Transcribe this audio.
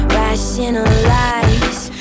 rationalize